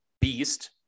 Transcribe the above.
beast